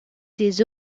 des